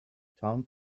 town